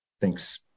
Thanks